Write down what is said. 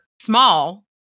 small